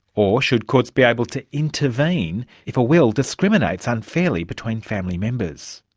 or should courts be able to intervene if a will discriminates unfairly between family members?